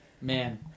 man